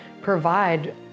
provide